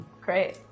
Great